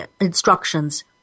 instructions